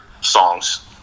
songs